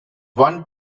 one